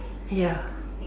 ya